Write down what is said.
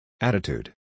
Attitude